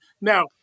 Now